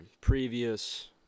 Previous